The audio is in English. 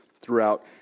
throughout